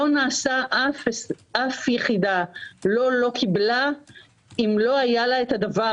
ואף יחידה לא לא קיבלה אם לא היה לה את זה.